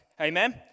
Amen